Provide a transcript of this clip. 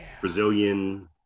Brazilian